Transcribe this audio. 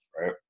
right